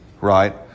Right